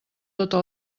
tota